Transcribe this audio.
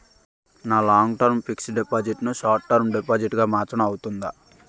నా long term fixed deposit ను short term deposit గా మార్చటం అవ్తుందా?